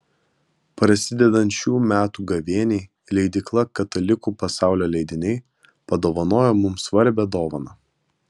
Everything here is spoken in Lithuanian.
prasidedant šių metų gavėniai leidykla katalikų pasaulio leidiniai padovanojo mums svarbią dovaną